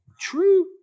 True